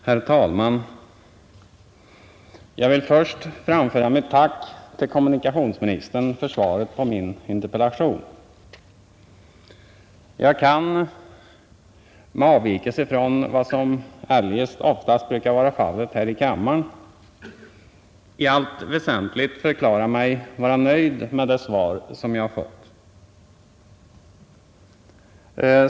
Herr talman! Jag vill först framföra mitt tack till kommunikations ministern för svaret på min interpellation. Jag kan — med avvikelse från vad som eljest oftast brukar vara fallet här i kammaren — i allt väsentligt förklara mig vara nöjd med det svar jag fått.